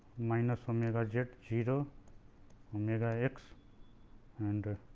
minus omega z zero omega x and